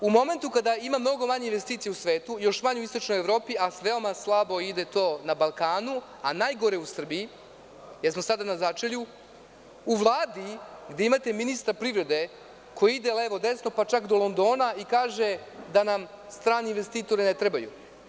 U momentu kada ima mnogo manje investicije u svetu, još manje u istočnoj Evropi, a veoma slabo ide to na Balkanu, a najgore u Srbiji, jer smo sada na začelju, u Vladi gde imate ministra privrede koji ide levo, desno, pa čak do Londona i kaže da nam strani investitori ne trebaju.